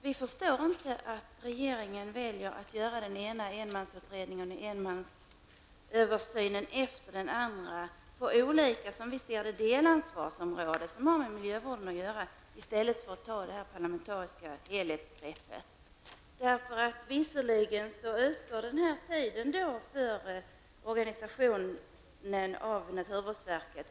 Vi förstår inte att regeringen väljer att tillsätta den ena enmansutredningen eller enmansöversynen efter den andra på olika delansvarsområden som har med miljövården att göra i stället för att ta detta parlamentariska helhetsgrepp. Visserligen har en tidsgräns till organisationen av naturvårdsverket.